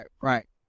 right